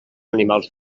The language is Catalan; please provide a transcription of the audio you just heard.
animals